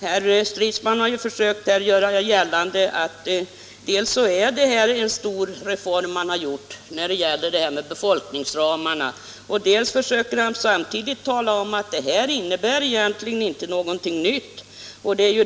Herr Stridsman har försökt göra gällande dels att man har genomfört en stor reform beträffande befolkningsramarna, dels att vad man gjort egentligen inte innebär någonting nytt.